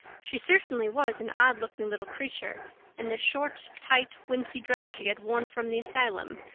she certainly was an odd-looking little creature in the short tight wincey dress she had worn from the asylum,